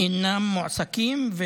אינם מועסקים,